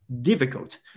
difficult